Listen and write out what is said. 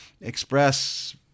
express